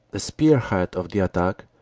the spearhead of the attack,